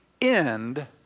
end